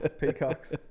peacocks